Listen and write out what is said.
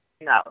No